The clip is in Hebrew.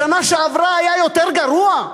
בשנה שעברה היה יותר גרוע.